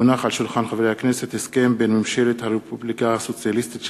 הסכם בין ממשלת הרפובליקה הסוציאליסטית של